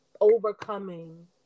overcoming